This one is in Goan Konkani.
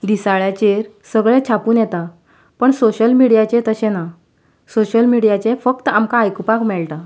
दिसाळ्याचेर सगळे छापून येता पण सोशल मिडियाचेर तशें ना सोशल मिडियाचेर फक्त आमकां आयकुपाक मेळटा